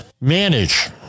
manage